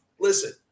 Listen